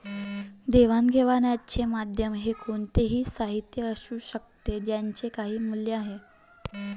देवाणघेवाणीचे माध्यम हे कोणतेही साहित्य असू शकते ज्याचे काही मूल्य आहे